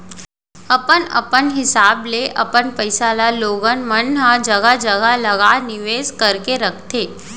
अपन अपन हिसाब ले अपन पइसा ल लोगन मन ह जघा जघा लगा निवेस करके रखथे